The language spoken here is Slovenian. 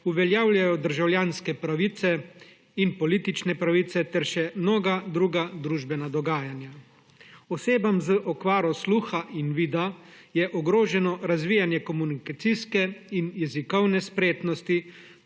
uveljavljajo državljanske pravice in politične pravice ter še mnoga druga družbena dogajanja. Osebam z okvaro sluha in vida je ogroženo razvijanje komunikacijske in jezikovne spretnosti,